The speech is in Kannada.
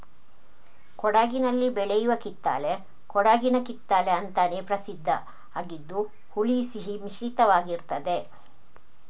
ಕೊಡಗಿನಲ್ಲಿ ಬೆಳೆಯುವ ಕಿತ್ತಳೆ ಕೊಡಗಿನ ಕಿತ್ತಳೆ ಅಂತಾನೇ ಪ್ರಸಿದ್ಧ ಆಗಿದ್ದು ಹುಳಿ ಸಿಹಿ ಮಿಶ್ರಿತವಾಗಿರ್ತದೆ